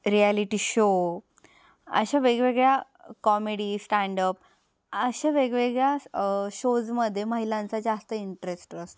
reality show अशा वेगवेगळ्या comedy standup अशा वेगवेगळ्या शोजमध्ये महिलांचा जास्त इंटरेस्ट असतो